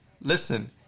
listen